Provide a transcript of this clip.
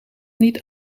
niet